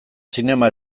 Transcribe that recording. zinema